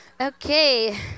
Okay